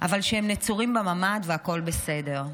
אבל שהם נצורים בממ"ד והכול בסדר.